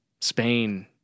Spain